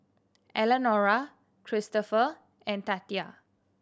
Elenora Kristopher and Tatia